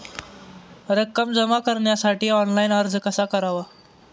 रक्कम जमा करण्यासाठी ऑनलाइन अर्ज कसा करावा?